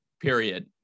period